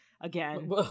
again